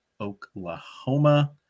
Oklahoma